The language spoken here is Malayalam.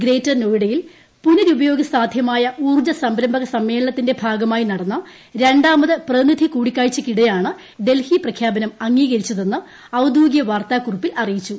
ഗ്രേറ്റർ നോയ്ഡയിൽ പുനരുപയോഗ സാധ്യമായ ഊർജ്ജ സംരംഭക സമ്മേളനത്തിന്റെ ഭാഗമായി നടന്ന രണ്ടാമത് പ്രതിനിധി കൂടിക്കാഴ്ചയ്ക്കിടെയാണ് ഡൽഹി പ്രഖ്യാപനം അംഗികരിച്ചതെന്ന് ഔദ്യോഗിക വാർത്താ കുറിപ്പിൽ അറിയിച്ചു